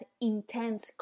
intense